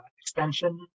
extension